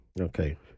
Okay